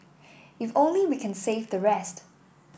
if only we can save the rest